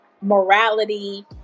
morality